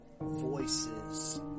voices